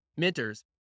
minters